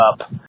up